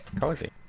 cozy